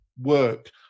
work